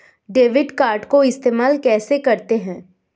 Debit card को इस्तेमाल कैसे करते हैं?